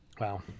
Wow